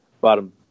bottom